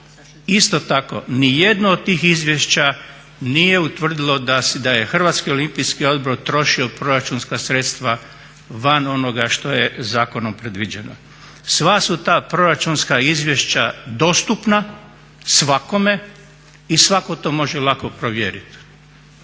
Isto tako nijedno od tih izvješća nije utvrdilo da je Hrvatski olimpijski odbor trošio proračunska sredstva van onoga što je zakonom predviđeno. Sva su ta proračunska izvješća dostupna svakome i svako to može lako provjeriti.